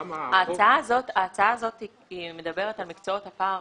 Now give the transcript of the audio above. ההצעה הזאת מדברת על המקצועות הפרה-רפואיים,